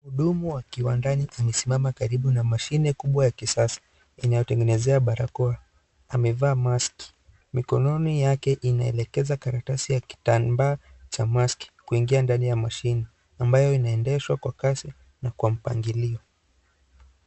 Muhudumu wa kiwandani amesimama karibu na mashine kubwa ya kisasa inayotengenezea barakoa amevaa maski mikononi yake inaelekeza karatasi ya kitambaa cha maski kuingia ndani ya mashine ambayo inaendeshwa kwa kasi na kwa mpangilio.